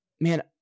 man